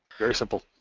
very simple.